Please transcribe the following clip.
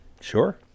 sure